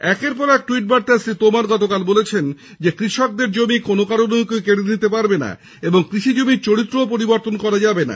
একের পর এক ট্যুইট বার্তায় শ্রী তোমর গতকাল বলেছেনকৃষকদের জমি কোন কারণেই কেউ কেড়ে নিতে পারবেনা এবং কৃষি জমি পরিবর্তনও করা যাবে না